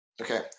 okay